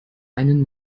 einen